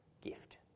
gift